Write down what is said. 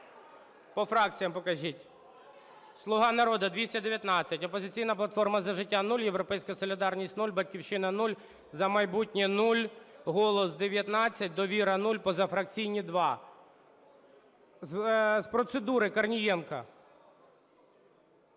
По фракціям покажіть. "Слуга народу" – 219, "Опозиційна платформа – За життя" - 0, "Європейська солідарність" - 0, "Батьківщина" – 0, "За майбутнє" - 0, "Голос" - 19, "Довіра" – 0. позафракційні – 2. З процедури - Корнієнко.